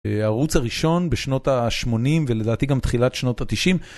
ערוץ הראשון בשנות ה-80 ולדעתי גם תחילת שנות ה-90.